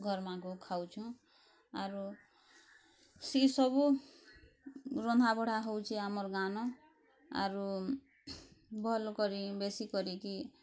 ଘରମାକୁ ଖାଉଛୁଁ ଆରୁ ସି ସବୁ ରନ୍ଧାବଢ଼ା ହେଉଛି ଆମର୍ ଗାଁ ନ ଆରୁ ଭଲ୍ କରି ବେଶୀ କରିକି